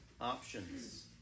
options